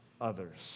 others